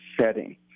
setting